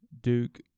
Duke